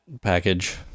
package